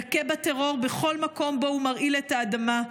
נכה בטרור בכל מקום שבו הוא מרעיל את האדמה.